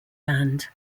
band